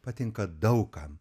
patinka daug kam